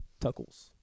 tuckles